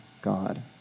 God